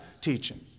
teaching